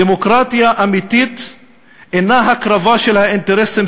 דמוקרטיה אמיתית אינה הקרבה של האינטרסים